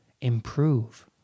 improve